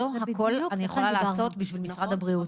לא הכול אני יכולה לעשות בשביל משרד הבריאות.